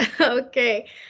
Okay